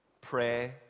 pray